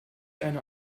eine